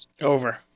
Over